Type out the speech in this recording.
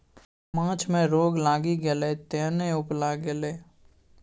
माछ मे रोग लागि गेलै तें ने उपला गेलै